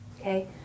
Okay